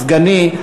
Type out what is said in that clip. סגני,